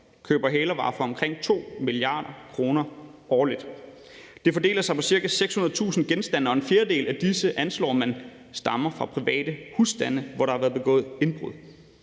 danskere hælervarer for omkring 2 mia. kr. Det fordeler sig på ca. 600.000 genstande, og man anslår, at en fjerdedel af disse stammer fra private husstande, hvor der har været begået indbrud.